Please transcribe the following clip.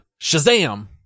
Shazam